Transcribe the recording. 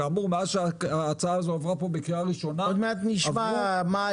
מאז ההצעה הזאת עברה בקריאה ראשונה עברו 20 שנה.